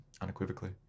unequivocally